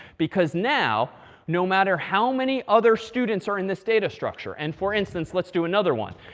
because now no matter how many other students are in this data structure and for instance, let's do another one.